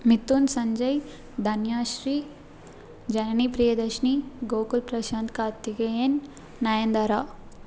Mithun Sanjay Dhanyashree Janani Priyadharshini Gokul Prashanth Karthikeyan Nayanthara